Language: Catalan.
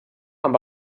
amb